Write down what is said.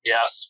Yes